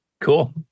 Cool